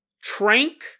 Trank